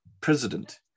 president